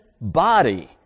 body